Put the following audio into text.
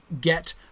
get